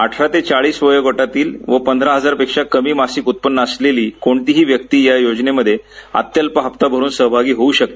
अठरा ते चाळीस वयोगटातील व पंधरा हजार पेक्षा कमी मासिक उत्पन्न असलेली कोणतीही व्यक्ती या योजनेमध्ये अत्यल्प हप्ता भरुन सहभागी होऊ शकते